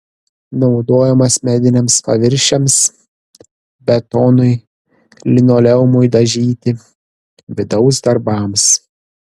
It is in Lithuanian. naudojamas mediniams paviršiams betonui linoleumui dažyti vidaus darbams